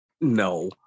No